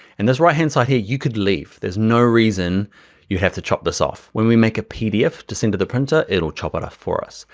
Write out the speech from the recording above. and this right-hand side here, you could leave. there's no reason you have to chop this off. when we make a pdf to send to the printer, it will chop it off for us.